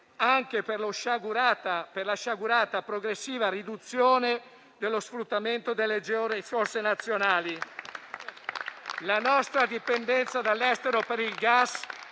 anche per la sciagurata e progressiva riduzione dello sfruttamento delle georisorse nazionali. La nostra dipendenza dall'estero per il gas